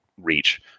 reach